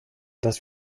dass